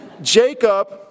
Jacob